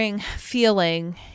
feeling